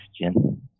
question